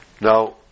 Now